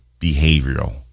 behavioral